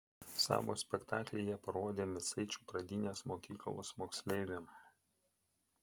savo spektaklį jie parodė micaičių pradinės mokyklos moksleiviams